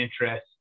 interest